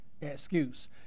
excuse